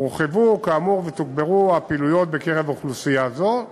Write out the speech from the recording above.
הורחבו כאמור ותוגברו הפעילויות בקרב אוכלוסייה זו.